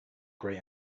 grey